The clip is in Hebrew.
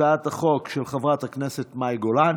הצעת החוק של חברת הכנסת מאי גולן